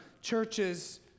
churches